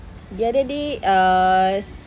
the other day uh